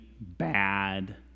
bad